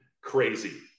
crazy